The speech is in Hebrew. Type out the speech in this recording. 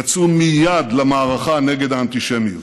יצאו מייד למערכה נגד האנטישמיות.